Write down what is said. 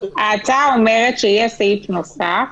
ההצעה אומרת שיהיה סעיף נוסף שאומר: